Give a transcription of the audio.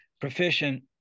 proficient